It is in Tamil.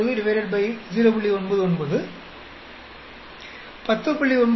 99 19